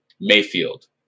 Mayfield